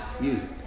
music